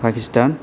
Pakistan